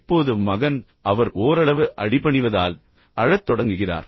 இப்போது மகன் அவர் ஓரளவு அடிபணிவதால் அழத் தொடங்குகிறார்